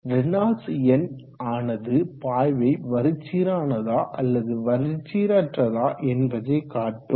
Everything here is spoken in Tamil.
ரேனால்ட்ஸ் எண் ஆனது பாய்வை வரிச்சீரானதா அல்லது வரிச்சீரற்றதா என்பதை காட்டும்